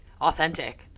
authentic